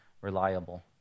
reliable